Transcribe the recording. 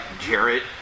Jarrett